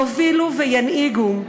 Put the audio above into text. יובילו וינהיגו.